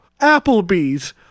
Applebee's